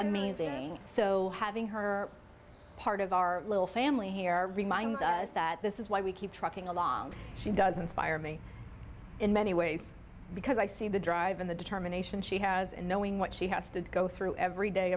amazing so having her part of our little family here reminds us that this is why we keep trucking along she doesn't fire me in many ways because i see the drive and the determination she has and knowing what she has to go through every day